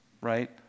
right